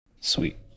Sweet